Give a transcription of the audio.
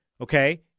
Okay